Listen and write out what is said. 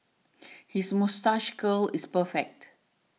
his moustache curl is perfect